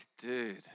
dude